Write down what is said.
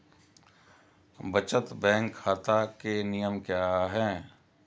बचत बैंक खाता के नियम क्या हैं?